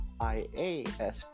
IASP